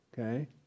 okay